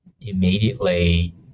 immediately